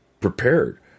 prepared